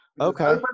Okay